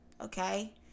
Okay